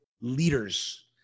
leaders